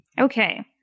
Okay